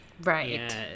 right